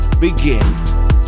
begin